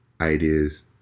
ideas